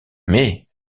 mais